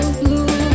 blue